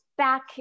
back